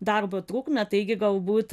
darbo trukmę taigi galbūt